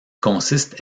consiste